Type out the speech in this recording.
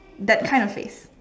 that kind of face